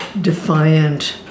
defiant